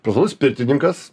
profesionalus pirtininkas